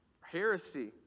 heresy